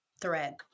thread